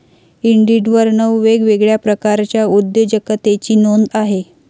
इंडिडवर नऊ वेगवेगळ्या प्रकारच्या उद्योजकतेची नोंद आहे